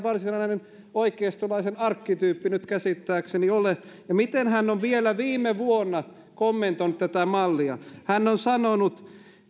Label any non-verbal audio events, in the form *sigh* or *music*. *unintelligible* varsinainen oikeistolaisen arkkityyppi käsittääkseni ole ja miten hän on vielä viime vuonna kommentoinut tätä mallia hän on sanonut